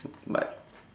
but